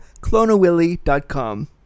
clonawilly.com